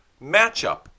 matchup